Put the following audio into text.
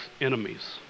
enemies